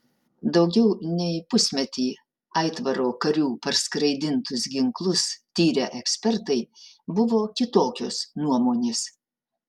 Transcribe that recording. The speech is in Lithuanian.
daugiau nei pusmetį aitvaro karių parskraidintus ginklus tyrę ekspertai buvo kitokios nuomonės